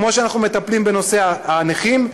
כמו שאנחנו מטפלים בנושא הנכים,